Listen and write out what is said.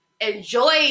enjoy